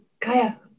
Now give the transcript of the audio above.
kaya